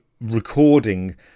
recording